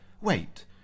Wait